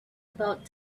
about